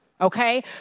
okay